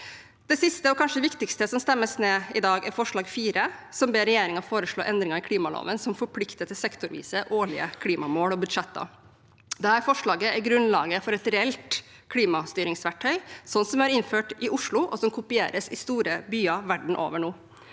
Det siste og kanskje viktigste forslaget som stemmes ned, er forslag nr. 4, hvor man ber regjeringen foreslå endringer i klimaloven som forplikter til sektorvise, årlige klimamål og -budsjetter. Dette forslaget er grunnlaget for et reelt klimastyringsverktøy, som vi har innført i Oslo, og som kopieres i store byer verden over nå.